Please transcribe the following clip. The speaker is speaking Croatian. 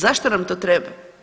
Zašto nam to treba?